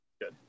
good